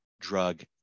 drug